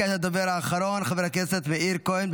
כעת הדובר האחרון, חבר הכנסת מאיר כהן.